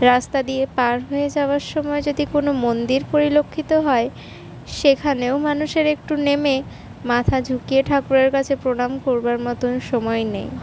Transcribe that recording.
রাস্তা দিয়ে পার হয়ে যাওয়ার সময় যদি কোনো মন্দির পরিলক্ষিত হয় সেখানেও মানুষের একটু নেমে মাথা ঝুঁকিয়ে ঠাকুরের কাছে প্রণাম করবার মতন সময় নেই